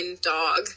dog